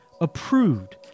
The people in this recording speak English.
approved